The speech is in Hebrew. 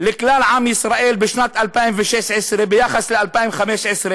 לכלל עם ישראל בשנת 2016, ביחס ל-2015,